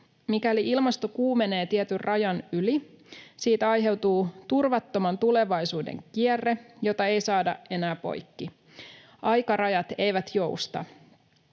Mikäli ilmasto kuumenee tietyn rajan yli, siitä aiheutuu turvattoman tulevaisuuden kierre, jota ei saada enää poikki. Aikarajat eivät jousta.